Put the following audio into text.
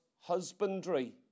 husbandry